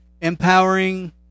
empowering